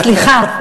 אה, סליחה.